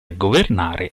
governare